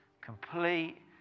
Complete